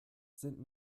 sind